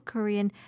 Korean